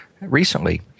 recently